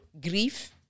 Grief